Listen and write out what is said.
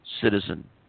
citizen